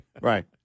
Right